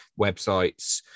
websites